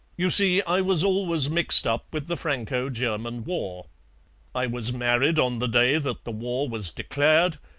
you see, i was always mixed up with the franco-german war i was married on the day that the war was declared,